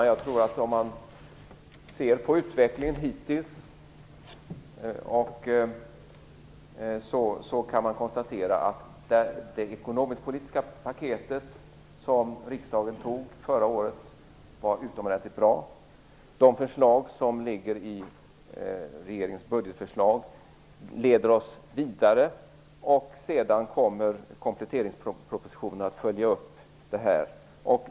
Herr talman! När man ser på den hittillsvarande utvecklingen kan man konstatera att det ekonomiskpolitiska paket som riksdagen antog förra året var utomordentligt bra. Regeringens budgetförslag leder oss vidare, och senare kommer dessa att följas upp genom kompletteringspropositionen.